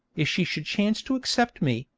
if she should chance to accept me,